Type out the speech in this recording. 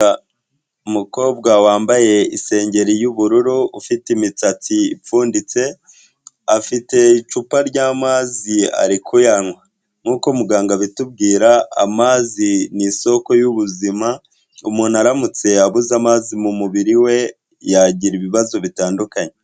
uUmukobwa wambaye isengeri y'ubururu ufite imisatsi ipfunditse, afite icupa ry'amazi ari kuyanywa, nk'uko muganga abitubwira amazi ni isoko y'ubuzima, umuntu aramutse yabuze amazi mu mubiri we yagira ibibazo bitandukanye.